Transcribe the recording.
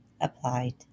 applied